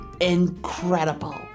incredible